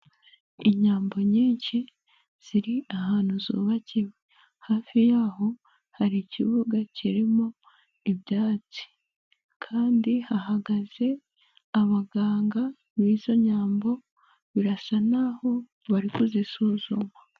Inyambo nyinshi ziri ahantu zubakiwe hafi y'aho hari ikibuga kirimo ibyatsi kandi hahagaze abaganga b'izo nyambo birasa naho bari kuzisuzuma.